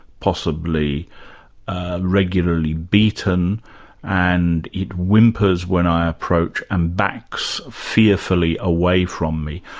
possibly regularly beaten and it whimpers when i approach and backs fearfully away from me,